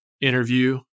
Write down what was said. interview